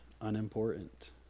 unimportant